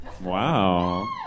Wow